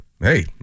Hey